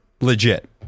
legit